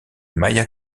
maya